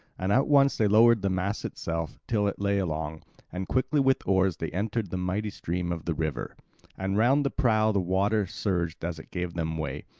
and at once they lowered the mast itself till it lay along and quickly with oars they entered the mighty stream of the river and round the prow the water surged as it gave them way.